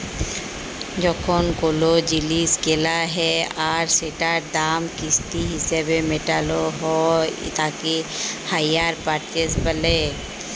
যখন কোলো জিলিস কেলা হ্যয় আর সেটার দাম কিস্তি হিসেবে মেটালো হ্য়য় তাকে হাইয়ার পারচেস বলে